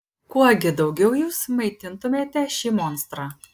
kuo gi daugiau jūs maitintumėte šį monstrą